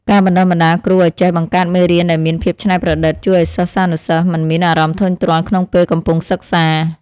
ការបណ្តុះបណ្តាលគ្រូឱ្យចេះបង្កើតមេរៀនដែលមានភាពច្នៃប្រឌិត ជួយឱ្យសិស្សានុសិស្សមិនមានអារម្មណ៍ធុញទ្រាន់ក្នុងពេលកំពុងសិក្សា។